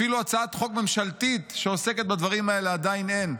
אפילו הצעת חוק ממשלתית שעוסקת בדברים האלה עדיין אין.